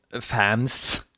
Fans